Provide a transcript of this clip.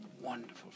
wonderful